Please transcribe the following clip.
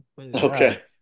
Okay